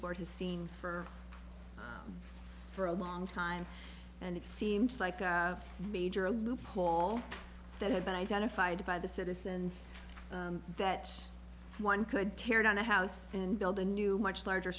board has seen for for a long time and it seems like a major loophole that had been identified by the citizens that one could tear down a house and build a new much larger